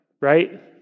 right